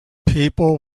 people